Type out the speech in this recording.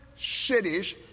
cities